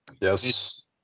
Yes